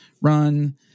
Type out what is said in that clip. run